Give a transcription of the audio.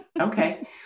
Okay